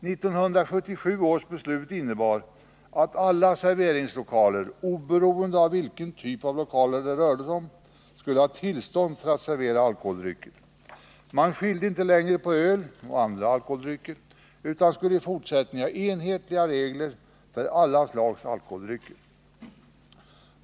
1977 års beslut innebar att alla serveringslokaler, oberoende av vilken typ av lokaler det rörde sig om, skulle ha tillstånd för att servera alkoholdrycker. Man skilde inte längre på öl och andra alkoholdrycker utan skulle i fortsättningen ha enhetliga regler för alla alkoholdrycker.